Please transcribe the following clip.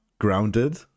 Grounded